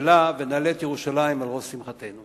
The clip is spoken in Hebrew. שלה ונעלה את ירושלים על ראש שמחתנו.